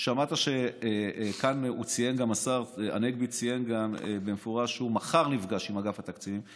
שמעת שהשר הנגבי ציין במפורש שמחר הוא נפגש עם אגף התקציבים.